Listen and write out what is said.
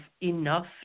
enough